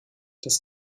das